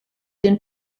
den